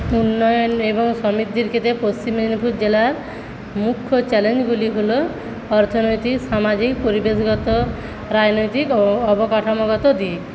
উন্নয়ন এবং সমিতির ক্ষেত্রে পশ্চিম মেদিনীপুর জেলার মুখ্য চ্যালেঞ্জগুলি হলো অর্থনৈতিক সামাজিক পরিবেশগত রাজনৈতিক অবকাঠামোগত দিক